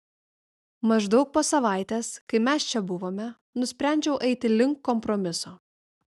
maždaug po savaitės kai mes čia buvome nusprendžiau eiti link kompromiso